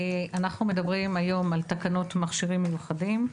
אנחנו מדברים היום על תקנות מכשירים מיוחדים,